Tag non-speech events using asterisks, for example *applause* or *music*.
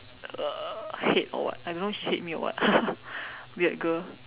uh hate or what I don't know she hate me or what *laughs* weird girl